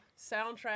soundtrack